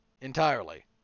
Entirely